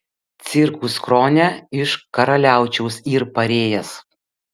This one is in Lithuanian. cirkus krone iš karaliaučiaus yr parėjęs